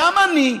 גם אני,